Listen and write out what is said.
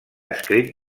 escrit